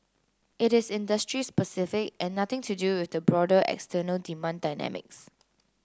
it is industry specific and nothing to do with the broader external demand dynamics